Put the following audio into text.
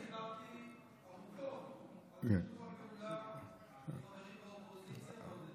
אני דיברתי רבות על שיתוף הפעולה של החברים באופוזיציה והודיתי להם.